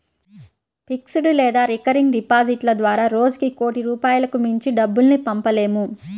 fixed లేదా recurring డిపాజిట్ల ద్వారా రోజుకి కోటి రూపాయలకు మించి డబ్బుల్ని పంపలేము